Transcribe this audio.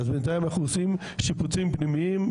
אז בינתיים אנחנו עושים שיפוצים פנימיים,